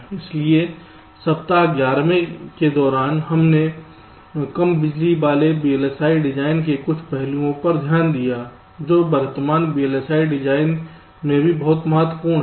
इसलिए सप्ताह 11 में के दौरान हमने कम बिजली वाले VLSI डिज़ाइन के कुछ पहलुओं पर ध्यान दिया जो वर्तमान VLSI डिज़ाइन में भी बहुत महत्वपूर्ण है